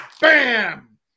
Bam